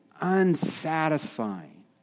unsatisfying